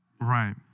Right